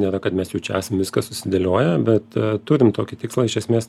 nėra kad mes jau čia esam viską susidėlioję bet turim tokį tikslą iš esmės